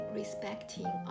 respecting